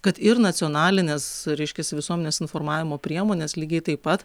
kad ir nacionalines reiškias visuomenės informavimo priemones lygiai taip pat